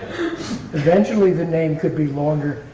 eventually the name could be longer,